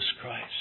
Christ